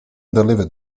delivered